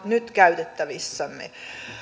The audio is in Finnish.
nyt käytettävissämme